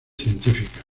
científicas